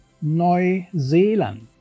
Neuseeland